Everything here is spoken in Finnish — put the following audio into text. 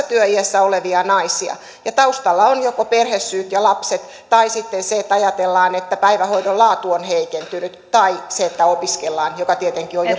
työiässä olevia naisia taustalla ovat joko perhesyyt ja lapset tai sitten se että ajatellaan että päivähoidon laatu on heikentynyt tai se että opiskellaan jolla tietenkin on jo